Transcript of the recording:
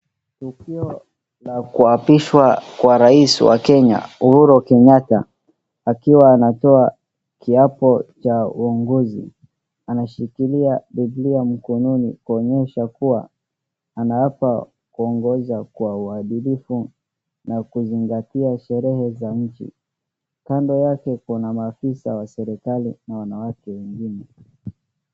Tukio la kuapishwa kwa Rais wa Kenya, Uhuru Kenyatta, akiwa anatoa kiapo cha uongozi. Anashikilia Bibilia mkononi kuonyesha kuwa anaapa kuongoza kwa uadilifu na kuzingatia sherehe za nchi. Kando yake kuna maafisa wa serikali na wanawake wengine.